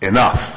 enough.